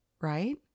Right